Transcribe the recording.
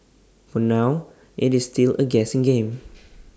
for now IT is still A guessing game